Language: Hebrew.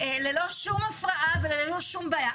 ללא שום הפרעה וללא שום בעיה.